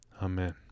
Amen